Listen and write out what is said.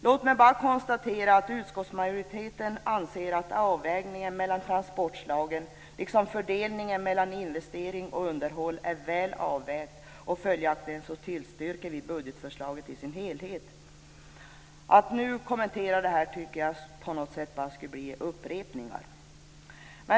Låt mig bara konstatera att utskottsmajoriteten anser att man har gjort en bra avvägning mellan transportslagen och en bra fördelning mellan investering och underhåll. Följaktligen tillstyrker vi budgetförslaget i dess helhet. Att kommentera detta nu tycker jag bara skulle vara en upprepning.